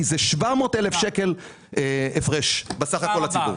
כי זה 700,000 הפרש סך הכל לציבור.